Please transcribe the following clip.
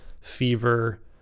fever